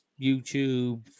YouTube